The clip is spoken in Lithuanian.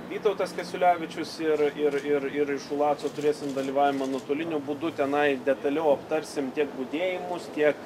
vytautas kasiulevičius ir ir ir ir iš ulaco turėsim dalyvavimą nuotoliniu būdu tenai detaliau aptarsim tiek budėjimus tiek